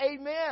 amen